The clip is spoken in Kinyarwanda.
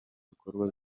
bikorwa